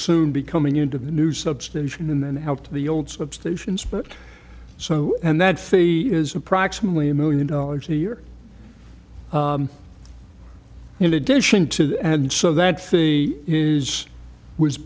soon be coming into the new substation and helped the old substations but so and that fay is approximately a million dollars a year in addition to that and so that fee is was